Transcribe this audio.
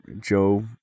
Joe